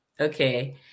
Okay